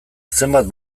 zenbait